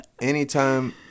anytime